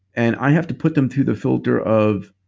and i have to put them through the filter of,